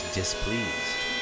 displeased